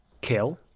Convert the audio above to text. kill